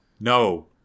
No